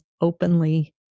openly